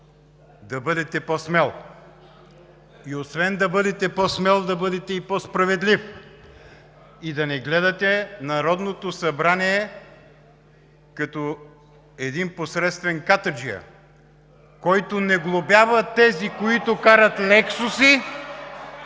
да бъдете по-смел и освен да бъдете по-смел, да бъдете и по-справедлив. И да не гледате Народното събрание като един посредствен катаджия (силен шум и реплики), който не глобява тези, които карат лексуси,